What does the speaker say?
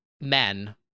men